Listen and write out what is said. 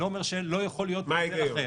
אני לא אומר שלא יכול להיות היגיון אחר.